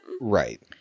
Right